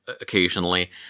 occasionally